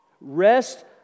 Rest